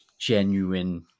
genuine